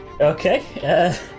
Okay